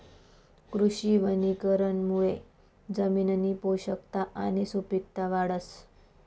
कृषी वनीकरणमुये जमिननी पोषकता आणि सुपिकता वाढस